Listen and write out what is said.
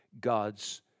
God's